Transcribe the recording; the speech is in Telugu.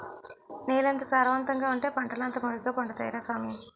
నేలెంత సారవంతంగా ఉంటే పంటలంతా మెరుగ్గ పండుతాయ్ రా సామీ